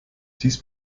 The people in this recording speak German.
dies